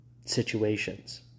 situations